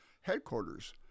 headquarters